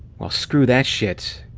well, screw that shit!